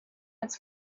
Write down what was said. its